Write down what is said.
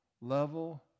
level